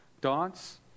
dance